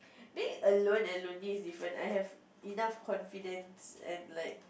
being alone and lonely is different I have enough confidence and like